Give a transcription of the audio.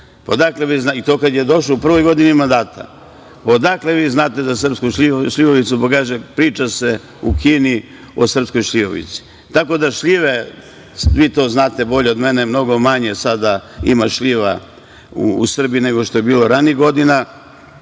i to kad je došao, u prvoj godini mandata. Pitam - odakle vi znate za srpsku šljivovicu, pa kaže – priča se u Kini o srpskoj šljivovici. Tako da, šljive, vi to znate bolje od mene, mnogo manje sada ima šljiva u Srbiji nego što je bilo ranijih godina